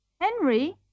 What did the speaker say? Henry